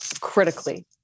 Critically